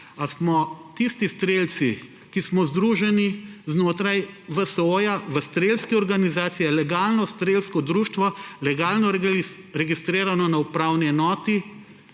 a smo tisti strelci, ki smo združeni znotraj VSO v strelski organizaciji, ki je legalno strelsko društvo, legalno registrirano na upravni enoti,